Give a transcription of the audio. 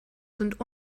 sind